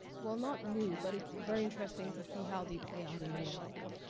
well not new, but it's very interesting to see how they play out in reality.